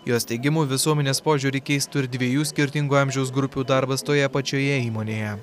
jos teigimu visuomenės požiūrį keistų ir dviejų skirtingų amžiaus grupių darbas toje pačioje įmonėje